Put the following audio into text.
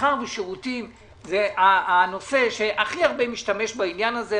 מסחר ושירותים הם מי שהכי הרבה משתמש בעניין הזה,